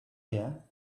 here